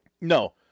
No